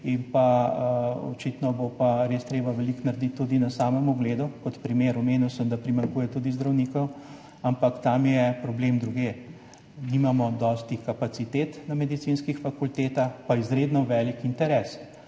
Očitno bo pa res treba veliko narediti tudi na samem ugledu. Kot primer. Omenil sem, da primanjkuje tudi zdravnikov, ampak tam je problem drugje. Nimamo dosti kapacitet na medicinskih fakultetah, pa izredno velik interes.